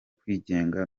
kwigenga